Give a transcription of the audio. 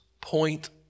point